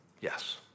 Yes